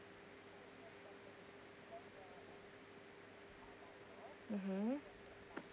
mmhmm